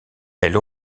elle